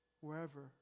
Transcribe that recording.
wherever